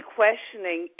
questioning